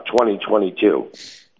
2022